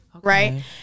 right